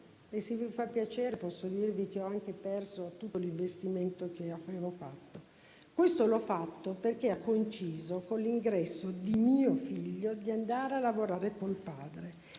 e, se vi fa piacere, posso dirvi che ho anche perso tutto l'investimento che avevo intrapreso. Questo l'ho fatto perché ha coinciso con l'ingresso di mio figlio, andato a lavorare con il padre.